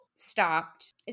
stopped